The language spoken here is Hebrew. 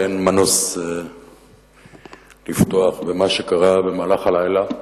אין מנוס מלפתוח במה שקרה במהלך הלילה.